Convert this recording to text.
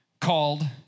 called